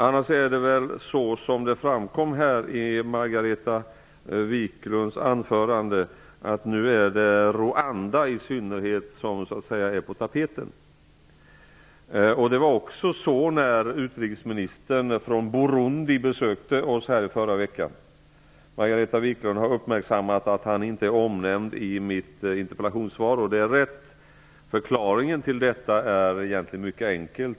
Annars är det väl så, som framkom i Margareta Viklunds anförande, att det nu i synnerhet är Rwanda som är på tapeten. Så var fallet också när Burundis utrikesminister besökte oss i förra veckan. Margareta Viklund har uppmärksammat att han inte är omnämnd i mitt interpellationssvar, och det är riktigt. Förklaringen till detta är egentligen mycket enkel.